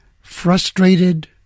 frustrated